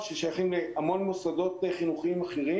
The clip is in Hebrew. שייכים להרבה מוסדות חינוכיים אחרים.